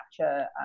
capture